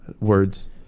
Words